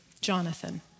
Jonathan